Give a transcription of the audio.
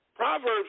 Proverbs